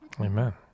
Amen